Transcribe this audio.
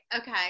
Okay